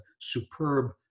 superb